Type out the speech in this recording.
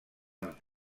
amb